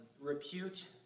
repute